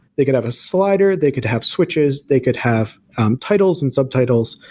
they could have a slider, they could have switches, they could have titles and subtitles.